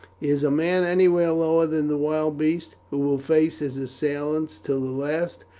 is man anywhere lower than the wild beast, who will face his assailants till the last?